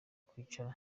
kwicara